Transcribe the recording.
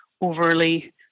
overly